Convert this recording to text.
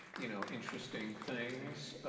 you know, interesting things.